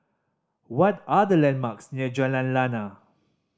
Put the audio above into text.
what are the landmarks near Jalan Lana